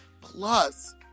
Plus